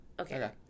Okay